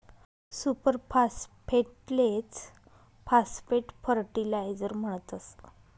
super फास्फेटलेच phosphate fertiliser म्हणतस